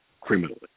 criminally